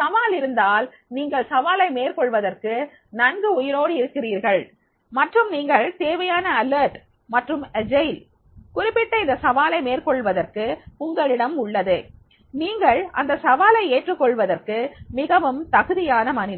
சவால் இருந்தால் நீங்கள் சவாலை மேற்கொள்ளுவதற்கு நன்கு உயிரோடு இருக்கிறீர்கள் மற்றும் நீங்கள் தேவையான எச்சரிக்கை மற்றும் சுறுசுறுப்பு குறிப்பிட்ட அந்த சவாலை மேற்கொள்வதற்கு உங்களிடம் உள்ளது நீங்கள் அந்த சவாலை ஏற்றுக் கொள்வதற்கு மிகவும் தகுதியான மனிதர்